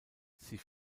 sie